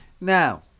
Now